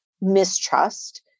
mistrust